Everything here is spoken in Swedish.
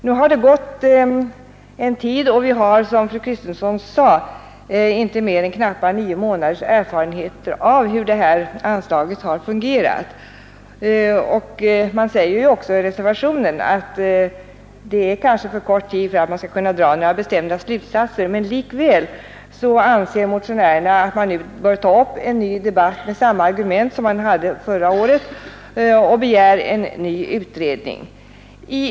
Det har nu gått en tid och vi har, som fru Kristensson sade, inte mer än knappa nio månaders erfarenhet av hur detta anslag har fungerat. I reservationen sägs också att det kanske är alltför kort tid för att man skall kunna dra några bestämda slutsatser. Men likväl anser reservanterna att vi redan nu bör ta upp en ny debatt med samma argument som framfördes förra året och begära en ny utredning.